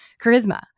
charisma